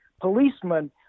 policemen